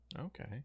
Okay